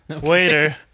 Waiter